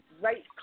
right